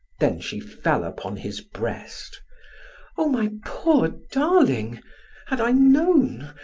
then she fell upon his breast oh, my poor darling had i known!